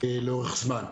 לאורך זמן.